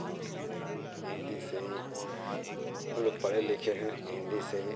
और हिन्दी से ही हम लोग पढ़े लिखे हैं हिन्दी से ही